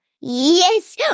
Yes